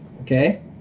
Okay